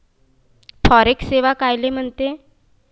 Forex सेवा कायले म्हनते?